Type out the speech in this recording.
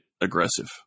aggressive